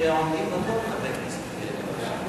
לוועדת הכספים.